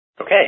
Okay